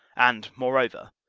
and, moreover,